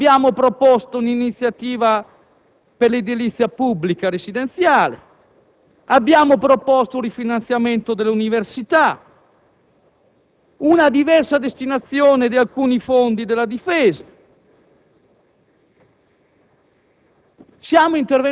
sul Pronto Soccorso. Abbiamo proposto un'iniziativa per l'edilizia pubblica residenziale. Abbiamo proposto un rifinanziamento dell'università, una diversa destinazione di alcuni fondi della difesa.